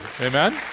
Amen